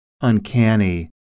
uncanny